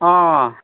অ'